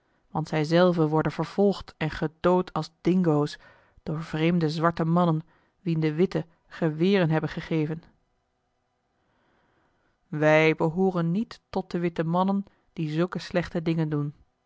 want zij zelve worden vervolgd en gedood als dingo's door vreemde zwarte mannen wien de witte geweren hebben gegeven wij behooren niet tot de witte mannen die zulke slechte dingen doen